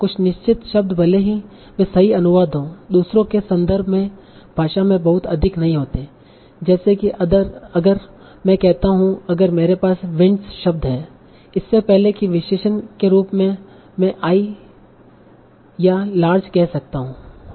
कुछ निश्चित शब्द भले ही वे सही अनुवाद हों दूसरों के संदर्भ में भाषा में बहुत अधिक नहीं होते हैं जैसे कि अगर मैं कहता हूं कि अगर मेरे पास विंड्स शब्द हैं और इससे पहले कि विशेषण के रूप में मैं हाई या लार्ज कह सकता हूं